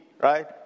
right